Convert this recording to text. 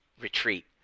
Retreat